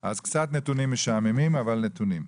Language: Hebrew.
אז קצת נתונים משעממים, אבל נתונים.